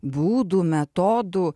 būdų metodų